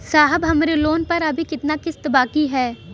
साहब हमरे लोन पर अभी कितना किस्त बाकी ह?